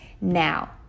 now